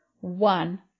one